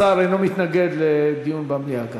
השר אינו מתנגד לדיון במליאה.